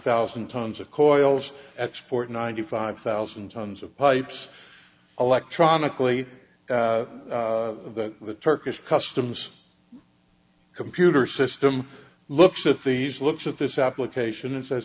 thousand tons of corals export ninety five thousand tons of pipes electronically that the turkish customs computer system looks at these looks at this application and says